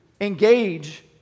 engage